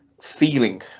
feeling